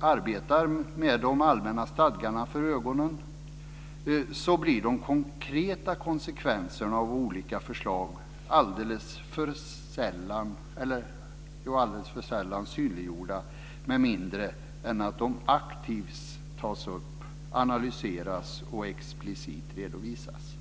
arbetar med de allmänna stadgarna för ögonen blir de konkreta konsekvenserna av olika förslag alldeles för sällan synliggjorda med mindre att de aktivt tas upp, analyseras och explicit redovisas.